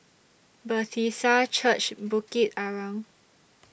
Bethesda Church Bukit Arang